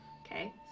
okay